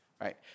right